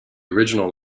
original